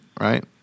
right